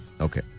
Okay